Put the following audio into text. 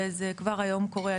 וכבר היום זה קורה.